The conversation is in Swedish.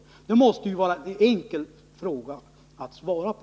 Den frågan måste det vara enkelt att svara på.